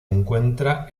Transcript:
encuentra